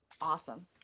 awesome